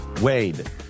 Wade